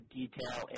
detail